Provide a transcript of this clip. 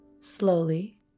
slowly